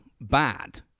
bad